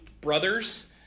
brothers